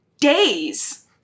days